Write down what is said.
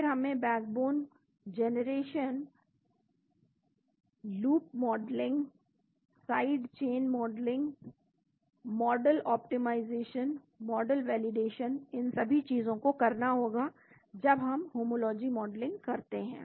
फिर हमें backbone generation loop modelling side chain modelling model optimisation model validation इन सभी चीजों को करना होगा जब हम होमोलॉजी मॉडलिंग करते हैं